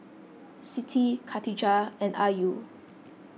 Siti Katijah and Ayu